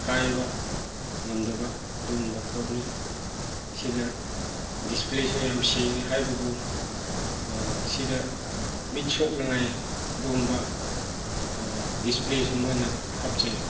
ꯀꯥꯏꯕ ꯉꯝꯗꯕ ꯑꯗꯨꯒꯨꯝꯕ ꯄꯣꯠꯅꯤ ꯁꯤꯗ ꯗꯤꯁꯄ꯭ꯂꯦꯁꯨ ꯌꯥꯝ ꯁꯦꯡꯉꯦ ꯍꯥꯏꯕꯕꯨ ꯁꯤꯗ ꯃꯤꯠ ꯁꯣꯛꯅꯤꯡꯉꯥꯏ ꯑꯗꯨꯒꯨꯝꯕ ꯗꯤꯁꯄ꯭ꯂꯦꯁꯨ ꯃꯣꯏꯅ ꯍꯥꯞꯆꯩ